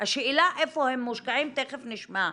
השאלה איפה הם מושקעים, תיכף נשמע.